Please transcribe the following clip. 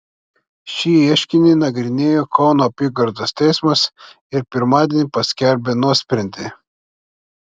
šį ieškinį nagrinėjo kauno apygardos teismas ir pirmadienį paskelbė nuosprendį